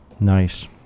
Nice